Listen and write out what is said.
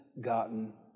gotten